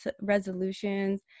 resolutions